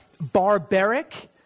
barbaric